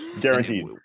Guaranteed